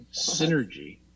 Synergy